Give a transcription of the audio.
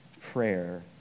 prayer